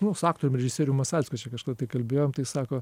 nu su aktorium režisierium masalskiu čia kažkada tai kalbėjom tai sako